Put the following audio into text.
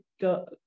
go